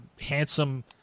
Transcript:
handsome